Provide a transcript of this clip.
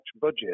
budget